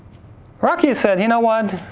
rocky said you know what?